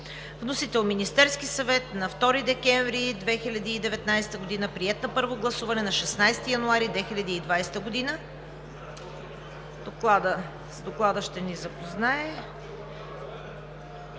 Вносител е Министерският съвет на 2 декември 2019 г., приет на първо гласуване на 16 януари 2020 г. С Доклада ще ни запознае